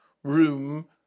room